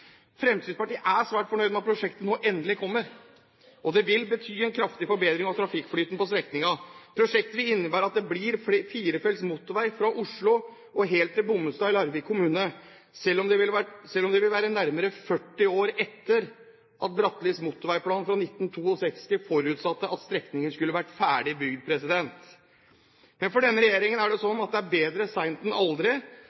Fremskrittspartiet er svært fornøyd med at prosjektet nå endelig kommer, og det vil bety en kraftig forbedring av trafikkflyten på strekningen. Prosjektet vil innebære at det blir firefelts motorvei fra Oslo og helt til Bommestad i Larvik kommune, selv om det vil være nærmere 40 år etter at Brattelis motorveiplan av 1962 forutsatte at strekningen skulle vært ferdig utbygget. Men for denne regjeringen er det